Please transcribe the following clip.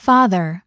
Father